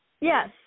Yes